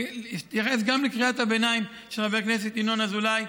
אתייחס גם לקריאת הביניים של חבר הכנסת ינון אזולאי: